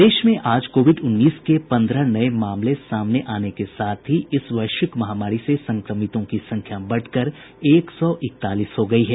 प्रदेश में आज कोविड उन्नीस के पंद्रह नये मामले सामने आने के साथ ही इस वैश्विक महामारी से संक्रमितों की संख्या बढ़कर एक सौ इकतालीस हो गयी है